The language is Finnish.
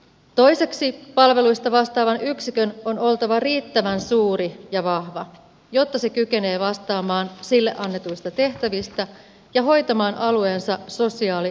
toiseksi palveluista vastaavan yksikön on oltava riittävän suuri ja vahva jotta se kykenee vastaamaan sille annetuista tehtävistä ja hoitamaan alueensa sosiaali ja terveydenhuollon